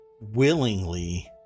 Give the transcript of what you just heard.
willingly